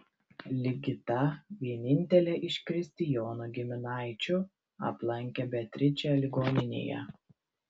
ligita vienintelė iš kristijono giminaičių aplankė beatričę ligoninėje